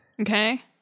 Okay